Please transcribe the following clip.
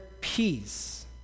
peace